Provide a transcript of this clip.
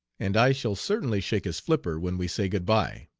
and i shall certainly shake his flipper when we say good-by.